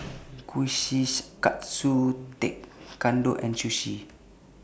Kushikatsu Tekkadon and Sushi